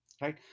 right